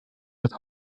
with